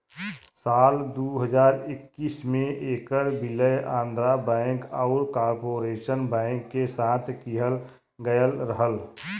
साल दू हज़ार इक्कीस में ऐकर विलय आंध्रा बैंक आउर कॉर्पोरेशन बैंक के साथ किहल गयल रहल